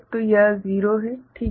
तो यह 0 है ठीक है